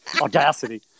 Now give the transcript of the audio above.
Audacity